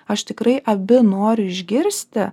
aš tikrai abi noriu išgirsti